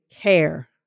care